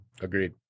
Agreed